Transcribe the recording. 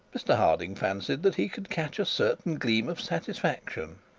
mr harding fancied that he could catch a certain gleam of satisfaction.